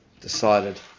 decided